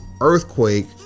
Earthquake